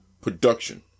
production